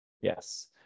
Yes